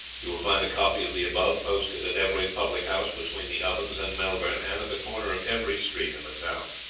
you will find a copy of the above posted at every public-house between the ovens and melbourne, and at the corner of every street in the town.